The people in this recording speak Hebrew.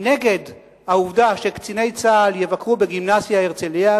נגד העובדה שקציני צה"ל יבקרו בגימנסיה "הרצליה",